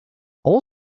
all